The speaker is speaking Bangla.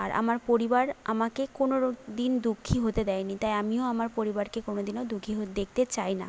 আর আমার পরিবার আমাকে কোনো দিন দুঃখী হতে দেয়নি তাই আমিও আমার পরিবারকে কোনো দিনও দুখি দেখতে চাই না